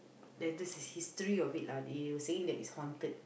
that there's a history of it lah they were saying that it's haunted